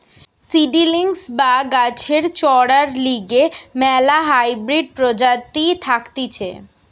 seedlings বা গাছের চরার লিগে ম্যালা হাইব্রিড প্রজাতি থাকতিছে